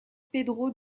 pedro